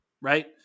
right